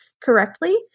correctly